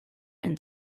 and